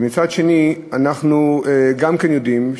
ומצד שני אנחנו גם יודעים,